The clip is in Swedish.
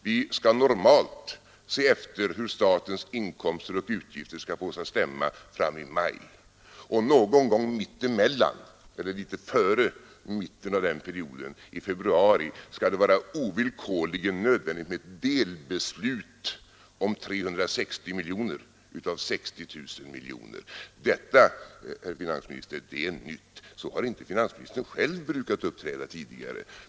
Vi skall normalt i maj se efter hur statens inkomster och utgifter skall fås att stämma, men nu litet före mitten av denna period, i februari, skall det vara ovillkorligen nödvändigt med ett delbeslut om 360 miljoner av 60 000 miljoner. Detta, herr finansminister, är nytt. Så har inte finansministern själv brukat uppträda tidigare.